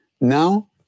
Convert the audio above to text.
Now